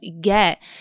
get